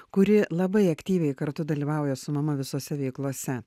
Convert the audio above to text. kuri labai aktyviai kartu dalyvauja su mama visose veiklose